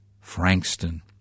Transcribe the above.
Frankston